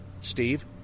Steve